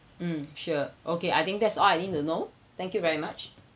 mm sure okay I think that's all I need to know thank you very much